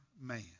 man